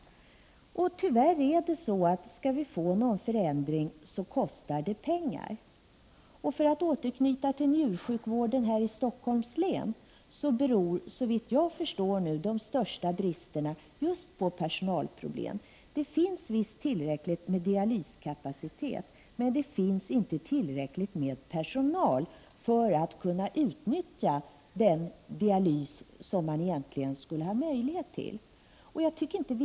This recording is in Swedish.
Tyvärr är det så att skall vi få någon förändring, kostar det pengar. För att återknyta till njursjukvården här i Stockholms län, beror såvitt jag förstår de stora bristerna just på personalproblem. Det lär finnas tillräckligt med dialyskapacitet men inte tillräckligt med personal för att man skall kunna utnyttja kapaciteten i sådan utsträckning som man egentligen skulle Prot. 1988/89:42 ha möjlighet till.